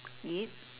eat